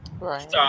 Right